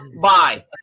Bye